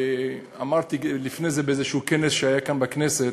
אמרתי לפני זה באיזה כנס שהיה כאן בכנסת,